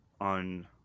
on